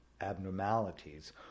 abnormalities